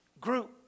group